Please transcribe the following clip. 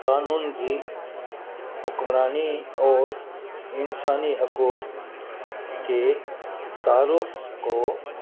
قانون کی حکمرانی اور انسانی حقوق کے تعارف کو